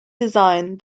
design